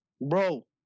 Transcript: Bro